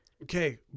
Okay